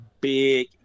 big